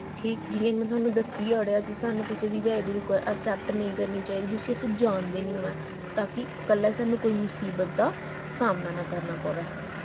ठीक जि'यां कि में तुहानू दस्सी ई ओड़ेआ कि सानूं कुसै दी बी आई डी असैप्ट नेईं करनी चाहिदी जिस्सी अस जानदे निं होऐ तां कि कल्ल गी सानूं कोई मुसीबत दा सामना ना करना पवै